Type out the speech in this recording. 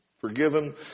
forgiven